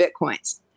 Bitcoins